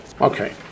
Okay